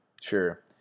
Sure